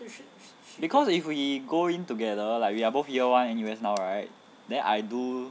because if we go in together like we are both year one in N_U_S now right then I do